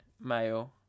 male